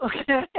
okay